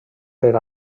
per